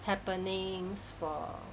happenings for